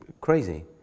crazy